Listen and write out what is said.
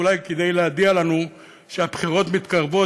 אולי כדי להודיע לנו שהבחירות מתקרבות,